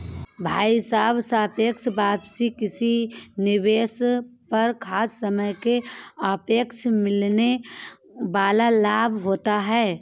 भाई साहब सापेक्ष वापसी किसी निवेश पर खास समय के सापेक्ष मिलने वाल लाभ होता है